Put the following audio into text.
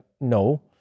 no